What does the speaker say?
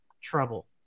trouble